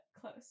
close